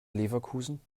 leverkusen